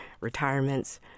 retirements